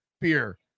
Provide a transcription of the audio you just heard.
beer